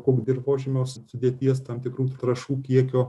kur dirvožemio sudėties tam tikrų trąšų kiekio